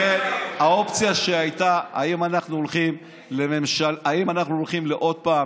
האופציה שהייתה: האם אנחנו הולכים עוד פעם